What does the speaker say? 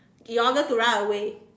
in order to run away